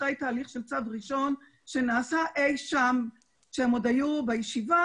אחרי תהליך של צו ראשון שנעשה אי שם כשהם עוד היו בישיבה.